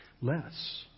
less